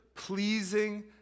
pleasing